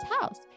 house